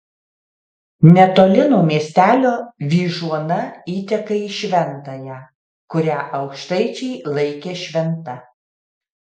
netoli nuo miestelio vyžuona įteka į šventąją kurią aukštaičiai laikė šventa